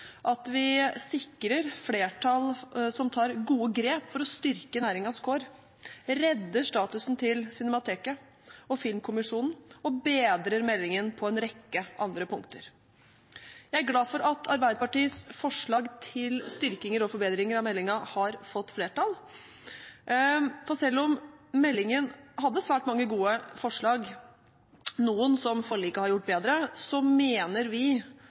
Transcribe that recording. at vi sikrer flertall og tar gode grep for å styrke næringens kår, redder statusen til Cinemateket og Filmkommisjonen og bedrer meldingen på en rekke andre punkter. Jeg er glad for at Arbeiderpartiets forslag til styrkinger og forbedringer av meldingen har fått flertall. For selv om meldingen hadde svært mange gode forslag, noen som forliket har gjort bedre, mener vi